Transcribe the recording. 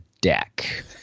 deck